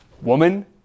woman